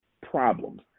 problems